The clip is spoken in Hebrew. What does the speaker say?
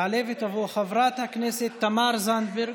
תעלה ותבוא חברת הכנסת תמר זנדברג,